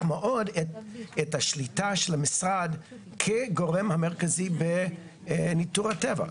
מאוד את השליטה של המשרד כגורם המרכזי בניתור הטבע.